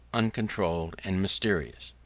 uncontrolled, and mysterious?